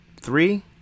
three